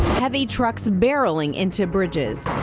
heavy trucks barreling into bridges.